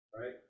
Right